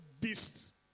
beast